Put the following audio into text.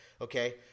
okay